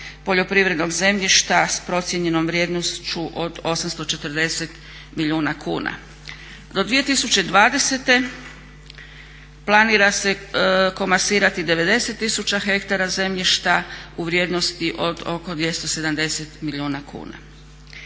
poljoprivrednog zemljišta s procijenjenom vrijednošću od 840 milijuna kuna. Do 2020. planira se komasirati 90 000 hektara zemljišta u vrijednosti od oko 270 milijuna kuna.